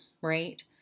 Right